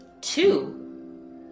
Two